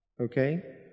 okay